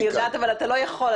אני יודעת אבל אתה לא יכול.